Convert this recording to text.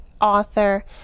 author